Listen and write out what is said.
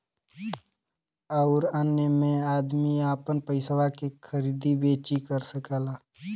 अउर अन्य मे अदमी आपन पइसवा के खरीदी बेची कर सकेला